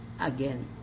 again